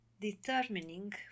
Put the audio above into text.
determining